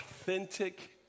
authentic